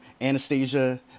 Anastasia